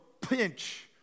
pinch